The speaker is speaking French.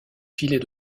filets